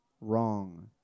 Wrong